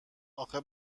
اخه